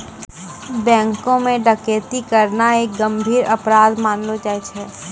बैंको म डकैती करना एक गंभीर अपराध मानलो जाय छै